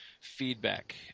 feedback